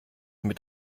mit